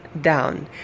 Down